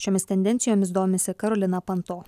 šiomis tendencijomis domisi karolina panto